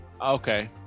Okay